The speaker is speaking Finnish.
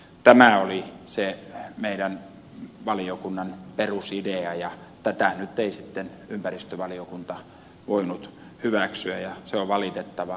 tämä oli se meidän valiokuntamme perusidea ja tätä nyt ei sitten ympäristövaliokunta voinut hyväksyä ja se on valitettavaa